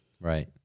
Right